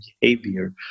behavior